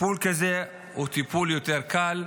טיפול כזה הוא טיפול קל יותר,